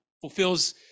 fulfills